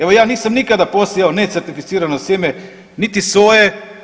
Evo ja nisam nikada posijao necertificirano sjeme niti soje.